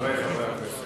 חברי חברי הכנסת,